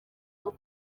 bwo